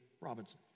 Robinson